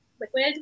liquid